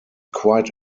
quite